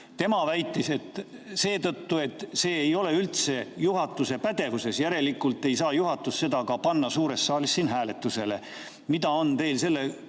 saa teha] seetõttu, et see ei ole üldse juhatuse pädevuses, järelikult ei saa juhatus seda ka panna suures saalis hääletusele. Mida on teil selle